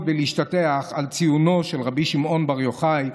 ולהשתטח על ציונו של רבי שמעון בר יוחאי,